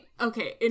Okay